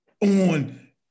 on